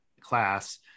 class